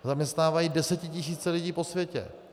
Zaměstnávají desetitisíce lidí po světě.